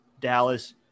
Dallas